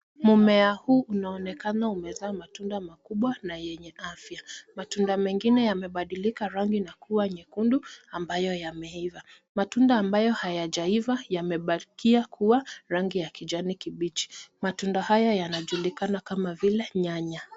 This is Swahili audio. Mmea huu unaonekana umezaa matunda makubwa na yenye afya. Matunda mengine yamebadilika rangi na kuwa nyekundu ambayo yameiva. Matunda ambayo hayajaiva yamebakia kuwa rangi ya kijani kibichi. Matunda haya yanajulikana kama vile nyanya.